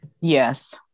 Yes